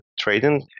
trading